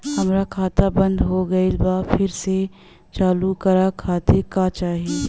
हमार खाता बंद हो गइल बा फिर से चालू करा खातिर का चाही?